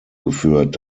geführt